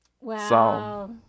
Wow